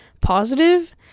positive